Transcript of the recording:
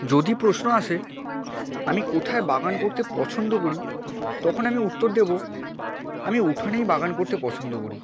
যদি প্রশ্ন আসে আমি কোথায় বাগান করতে পছন্দ করি তখন আমি উত্তর দেবো আমি উঠোনেই বাগান করতে পছন্দ করি